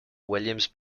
williams